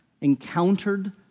encountered